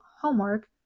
homework